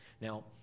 Now